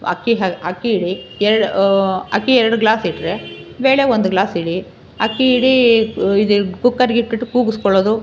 ಅಕ್ಕಿ ಹಾ ಅಕ್ಕಿ ಇಡಿ ಎರ್ಡು ಅಕ್ಕಿ ಎರ್ಡು ಗ್ಲಾಸ್ ಇಟ್ಟರೆ ಬೇಳೆ ಒಂದು ಗ್ಲಾಸ್ ಇಡಿ ಅಕ್ಕಿ ಇಡಿ ಇದು ಕುಕ್ಕರ್ಗಿಟ್ಬಿಟ್ಟು ಕೂಗಿಸಿಕೊಳ್ಳೋದು